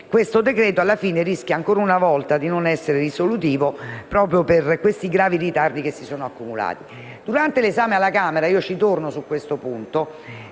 questo decreto-legge alla fine rischi, ancora una volta, di non essere risolutivo proprio per i gravi ritardi che si sono accumulati. Durante l'esame alla Camera - torno su questo punto